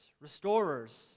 restorers